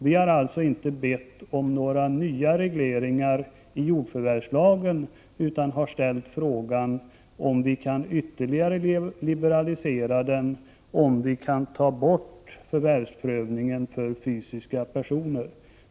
Vi har alltså inte bett om några nya regleringar i jordförvärvslagen utan har ställt frågan om vi kan ytterligare liberalisera den och om vi kan ta bort förvärvsprövningen för fysiska personer.